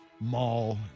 Mall